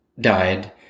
died